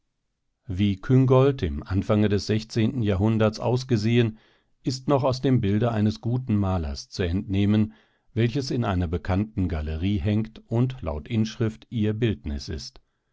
wie küngolt im anfange des sechszehnten jahrhunderts ausgesehen ist noch aus dem bilde eines guten malers zu entnehmen welches in einer bekannten galerie hängt und laut inschrift ihr bildnis ist